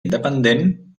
independent